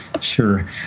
Sure